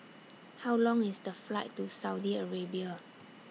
How Long IS The Flight to Saudi Arabia